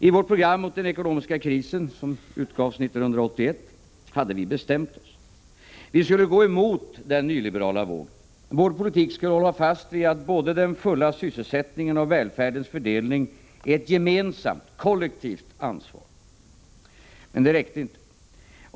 I vårt program mot den ekonomiska krisen som utgavs 1981 hade vi bestämt oss. Vi skulle gå emot den nyliberala vågen. Vår politik skulle hålla fast vid att både den fulla sysselsättningen och välfärdens fördelning är ett gemensamt, kollektivt ansvar. Men det räckte inte.